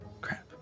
Crap